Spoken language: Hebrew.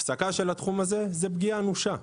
הפסקה של התחום הזה זאת פגיעה אנושה.